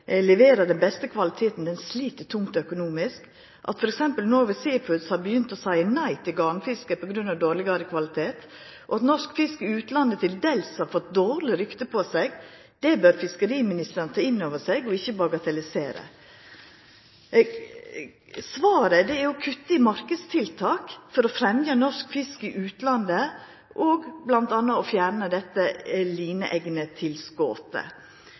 har begynt å seia nei til garnfiske på grunn av dårlegare kvalitet, og at norsk fisk i utlandet til dels har fått dårleg rykte på seg, bør fiskeriministeren ta inn over seg, og ikkje bagatellisera. Svaret er det å kutta i marknadstiltak for å fremja norsk fisk i utlandet og bl.a. fjerna dette